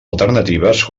alternatives